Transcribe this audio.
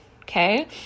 okay